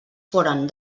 foren